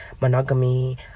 monogamy